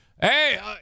Hey